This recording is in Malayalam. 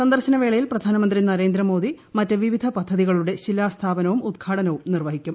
സന്ദർശന വേളയിൽ പ്രധാനമന്ത്രി നരേന്ദ്രമോദി മറ്റ് വിവിധ പദ്ധതികളുടെ ശിലാസ്ഥാപനവും ഉദ്ഘാടനവും നിർവ്വഹിക്കും